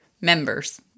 members